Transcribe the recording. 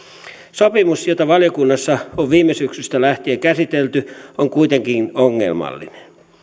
sopimus jota valiokunnassa on viime syksystä lähtien käsitelty on kuitenkin ongelmallinen